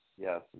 yes